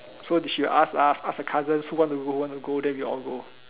so she'll ask us ask the cousins who want to go want to go then we all go